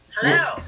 hello